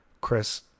Chris